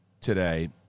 today